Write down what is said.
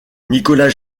nicolás